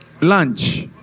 Lunch